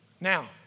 Now